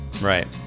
Right